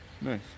Nice